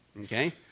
okay